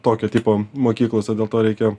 tokio tipo mokyklose dėl to reikia